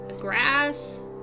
grass